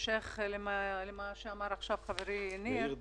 בהמשך למה שאמר עכשיו חברי ניר.